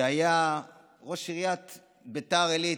שהיה ראש עיריית ביתר עילית.